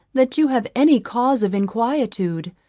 that you have any cause of inquietude.